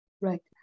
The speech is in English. Right